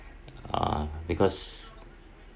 uh because